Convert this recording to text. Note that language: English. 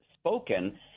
spoken